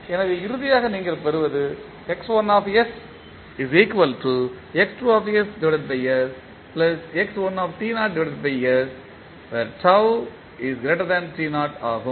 எனவே இறுதியாக நீங்கள் பெறுவது ஆகும்